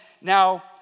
now